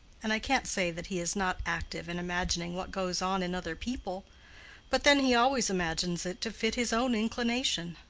and i can't say that he is not active in imagining what goes on in other people but then he always imagines it to fit his own inclination.